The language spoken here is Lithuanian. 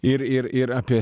ir ir ir apie